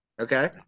Okay